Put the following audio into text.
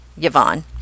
Yvonne